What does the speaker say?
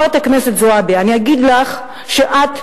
חברת הכנסת זועבי, אני אגיד לך שאת,